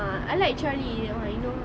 I like journey you already know